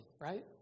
right